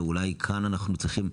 ואולי כאן אנחנו צריכים,